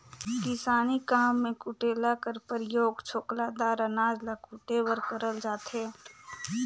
किसानी काम मे कुटेला कर परियोग छोकला दार अनाज ल कुटे बर करल जाथे